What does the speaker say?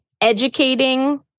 educating